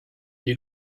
you